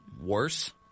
worse